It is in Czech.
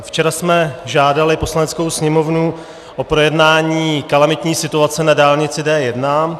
Včera jsme žádali Poslaneckou sněmovnu o projednání kalamitní situace na dálnici D1.